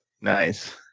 Nice